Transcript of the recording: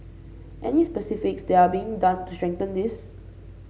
any specifics that are being done to strengthen this